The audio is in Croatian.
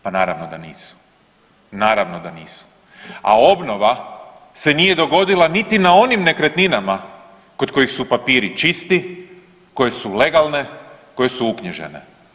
Pa naravno da nisu, naravno da nisu, a obnova se nije dogodila niti na onim nekretninama kod kojih su papiri čisti, koje su legalne i koje su uknjižene.